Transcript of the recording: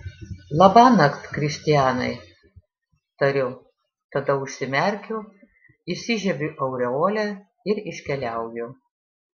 labanakt kristianai tariu tada užsimerkiu įsižiebiu aureolę ir iškeliauju